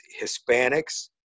Hispanics